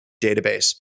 database